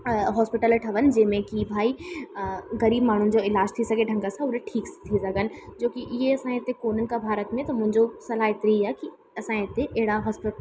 hospital ठहनि जंहिंमें की भाई गरीबु माण्हुनि जो इलाजु थी सघे ढंग सां उहे ठीकु थी सघनि जो की इहे असांजे हिते कोन्हनि का भारत में त मुंहिंजो सलाह हेतिरी आ की असांजे हिते अहिड़ा अस्प